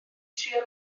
trio